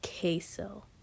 queso